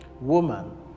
Woman